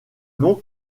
nom